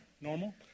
normal